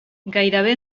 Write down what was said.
gairebé